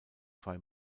zwei